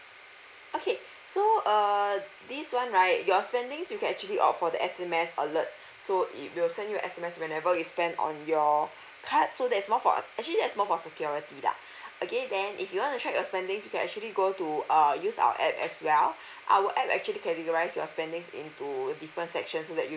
okay so uh this one right your spendings you can actually opt for the S_M_S outlet so it will send you S_M_S whenever you spend on your card so there's more for actually that's more for security ya again then if you want to check your spending you can actually go to a uh use our app as well our app actually categorise your spendings into different sections so that you